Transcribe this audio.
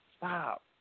Stop